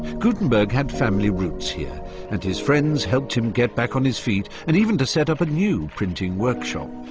gutenberg had family roots here, and his friends helped him get back on his feet and even to set up a new printing workshop.